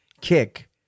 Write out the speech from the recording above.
kick